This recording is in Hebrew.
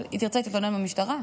היא תתלונן במשטרה,